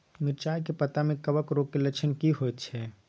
मिर्चाय के पत्ता में कवक रोग के लक्षण की होयत छै?